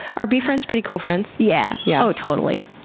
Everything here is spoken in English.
are bee friends pretty cool friends? yeah, yeah totally.